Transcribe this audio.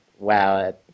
Wow